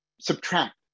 Subtract